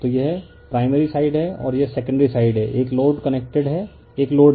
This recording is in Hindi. तो यह प्राइमरी साइड है और यह सेकेंडरी साइड है एक लोड कनेक्टेड है एक लोड है